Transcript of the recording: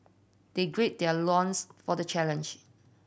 they gird their loins for the challenge